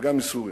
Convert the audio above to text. וגם מסוריה.